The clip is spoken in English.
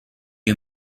you